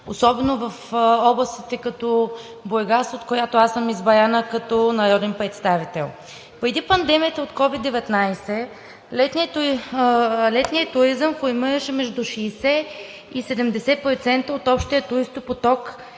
особено в област като Бургас, от която съм избрана като народен представител. Преди пандемията от COVID-19 летният туризъм формираше между 60 и 70% от общия туристопоток